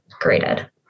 graded